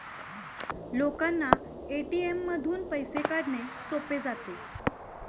लोकांना ए.टी.एम मधून पैसे काढणे सोपे जाते